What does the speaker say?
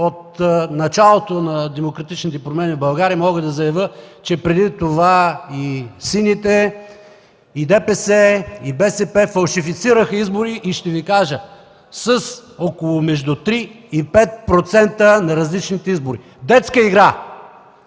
от началото на демократичните промени в България мога да заявя, че преди това и сините, и ДПС, и БСП фалшифицираха избори между 3 и 5% на различните избори. Детска игра!